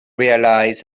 realise